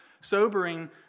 sobering